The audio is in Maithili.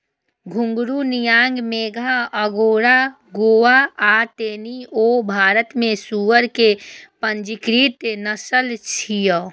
घूंघरू, नियांग मेघा, अगोंडा गोवा आ टेनी वो भारत मे सुअर के पंजीकृत नस्ल छियै